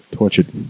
tortured